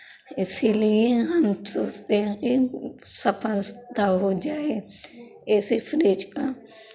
इसीलिये हम सोचते हैं कि सफलता हो जाए ए सी फ्रिज का